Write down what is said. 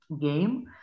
game